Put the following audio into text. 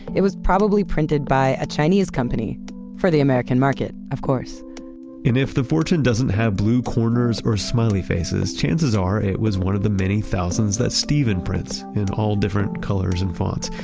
it was probably printed by a chinese company for the american market, of course and if the fortune doesn't have blue corners or smiley faces, chances are it was one of the many thousands that steven prints in all different colors and fonts,